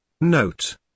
note